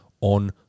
on